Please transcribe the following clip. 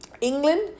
England